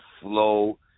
flow